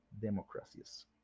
democracies